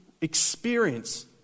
experience